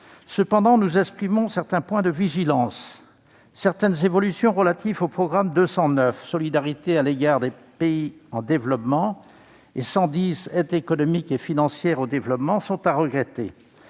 Cependant, certains points appellent notre vigilance. Certaines évolutions relatives aux programmes 209 « Solidarité à l'égard des pays en développement » et 110 « Aide économique et financière au développement » sont à regretter.